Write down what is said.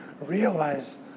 realize